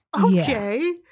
Okay